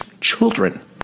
children